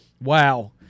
Wow